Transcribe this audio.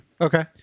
Okay